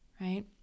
Right